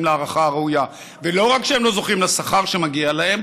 להערכה הראויה ולא רק שהם לא זוכים לשכר שמגיע להם,